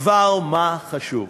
דבר-מה חשוב: